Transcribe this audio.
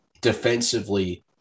defensively